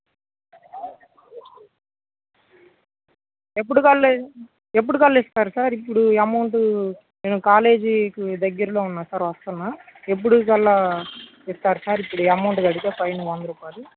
ఎప్పటికల్లా ఎప్పటికల్లా ఇస్తారు సార్ ఇప్పుడు ఎమౌంటు నేను కాలేజీకి దగ్గరలో ఉన్నా సార్ వస్తున్నా ఎప్పటికల్లా ఇస్తారు సార్ ఇప్పుడు ఈ అమౌంటు కడితే ఫైన్ వంద రూపాయలు